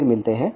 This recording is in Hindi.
फिर मिलते हैं